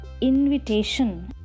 invitation